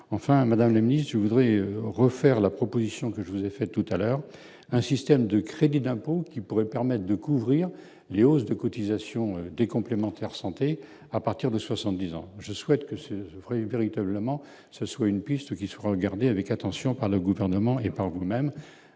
enfin Madame Denis je voudrais refaire la proposition que je vous ai fait tout à l'heure, un système de crédit d'impôt qui pourrait permettre de couvrir Les hausses de cotisations des complémentaires santé à partir de 70 ans, je souhaite que ce 1er véritablement ce soit une piste qui se regarder avec attention par le gouvernement et par vous-même,